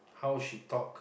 how she talked